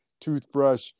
toothbrush